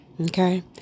Okay